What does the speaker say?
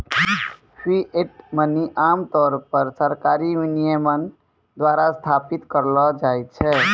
fiat money आम तौर पर सरकारी विनियमन द्वारा स्थापित करलो जाय छै